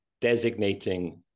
designating